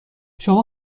شما